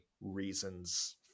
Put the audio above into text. reasons